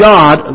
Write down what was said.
God